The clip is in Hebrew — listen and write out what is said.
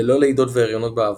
ללא לידות והריונות בעבר,